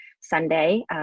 Sunday